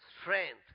strength